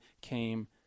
came